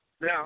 Now